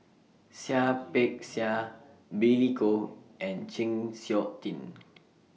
Seah Peck Seah Billy Koh and Chng Seok Tin